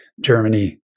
Germany